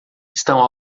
estão